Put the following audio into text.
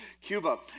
Cuba